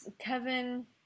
Kevin